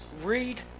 read